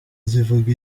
zivuga